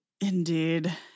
Indeed